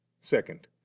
second